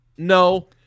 No